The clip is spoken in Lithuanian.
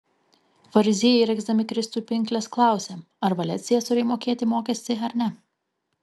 fariziejai regzdami kristui pinkles klausė ar valia ciesoriui mokėti mokestį ar ne